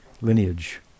lineage